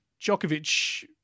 Djokovic